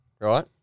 Right